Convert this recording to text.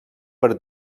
per